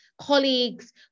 colleagues